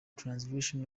translation